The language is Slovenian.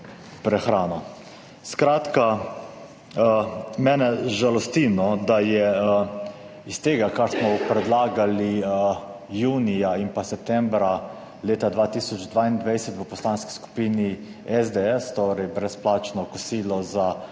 prehrano«? Skratka, mene žalosti, da je iz tega, kar smo predlagali junija in pa septembra leta 2022 v Poslanski skupini SDS, torej brezplačno kosilo za